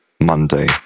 Monday